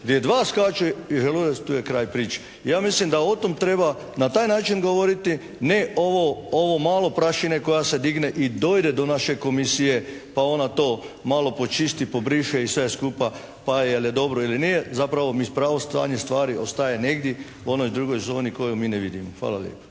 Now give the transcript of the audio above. Gdje dva skaču i želudac tu je kraj priče. Ja mislim da o tome treba na taj način govoriti, ne ovo malo prašine koja se digne i dođe do naše komisije pa ona to malo počisti i pobriše i sve skupa, pa je li dobro ili nije, zapravo pravo stanje stvari ostaje negdje u onoj drugoj zoni koju mi ne vidimo. Hvala lijepo.